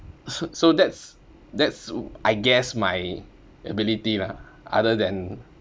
s~ so that's that's I guess my ability lah other than